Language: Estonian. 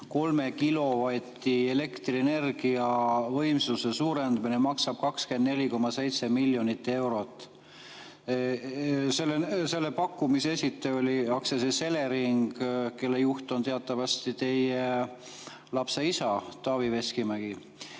3 kilovati võrra elektrienergia võimsuse suurendamine maksab 24,7 miljonit eurot. Selle pakkumise esitaja oli Aktsiaselts Elering, kelle juht on teatavasti teie lapse isa Taavi Veskimägi.